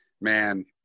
man